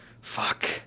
Fuck